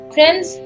Friends